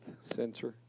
Center